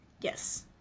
Yes